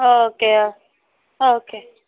okay okay